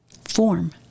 form